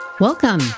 Welcome